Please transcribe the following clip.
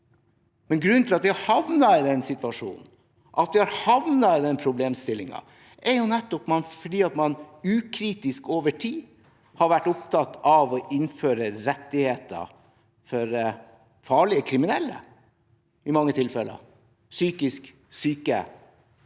om. Grunnen til at vi har havnet i den situasjonen, at vi har fått den problemstillingen, er jo nettopp at man ukritisk og over tid har vært opptatt av å innføre rettigheter for farlige kriminelle, i mange tilfeller psykisk syke, noe som